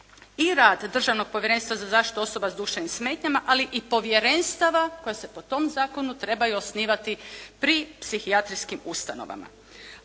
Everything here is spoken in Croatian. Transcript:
i rad Državnog povjerenstva za zaštitu osoba s duševnim smetnjama ali i povjerenstava koja se po tom zakonu trebaju osnovati pri psihijatrijskim ustanovama